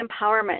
empowerment